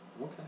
Okay